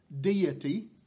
deity